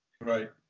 Right